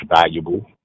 valuable